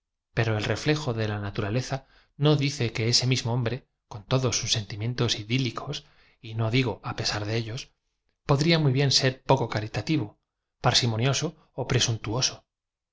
pero el reflejo de la naturaleza no dice que ese mismo hombre con todos sus sentimientos idí ricos y no digo á pesar de e llos podria muy bien ser poco caritativo parsi monioso y presuntuoso